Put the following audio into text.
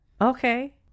Okay